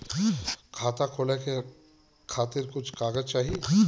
खाता खोले के खातिर कुछ कागज चाही?